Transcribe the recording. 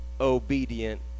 obedient